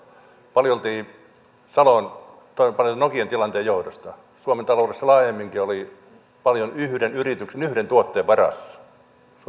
paljolti nokian tilanteen johdosta suomen taloudessa laajemminkin oli paljon yhden yrityksen yhden tuotteen varassa sitä ei